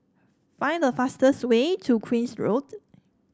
find the fastest way to Queen's Road